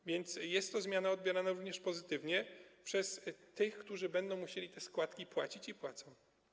A więc jest to zmiana odbierana pozytywnie również przez tych, którzy będą musieli te składki płacić i płacą.